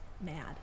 mad